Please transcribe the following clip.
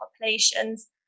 Populations